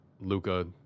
Luca